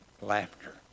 laughter